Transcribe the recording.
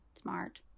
smart